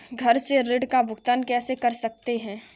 घर से ऋण का भुगतान कैसे कर सकते हैं?